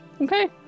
Okay